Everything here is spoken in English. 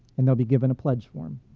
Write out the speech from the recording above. and they'll be given a pledge form.